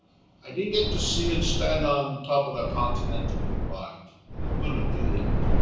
i didn't get to see and stand on top of the continental divide. and i'm going to do that.